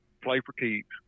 play-for-keeps